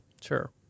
Sure